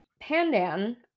Pandan